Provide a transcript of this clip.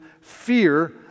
fear